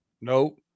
Nope